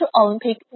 Olympic